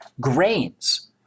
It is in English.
grains